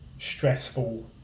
stressful